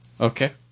Okay